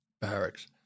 barracks